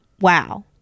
Wow